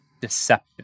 deception